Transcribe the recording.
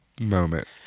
moment